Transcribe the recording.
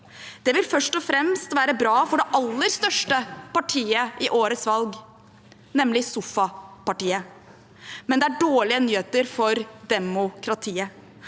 Det vil først og fremst være bra for det aller største partiet i årets valg, nemlig sofapartiet, men det er dårlige nyheter for demokratiet.